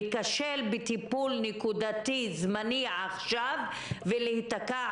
להיכשל בטיפול נקודתי וזמני עכשיו ולהיתקע